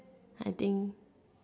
I think